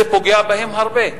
זה פוגע בהם הרבה.